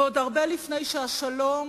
ועוד הרבה לפני שהשלום